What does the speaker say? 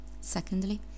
Secondly